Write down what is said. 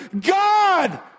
God